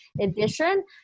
edition